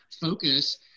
focus